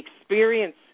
experience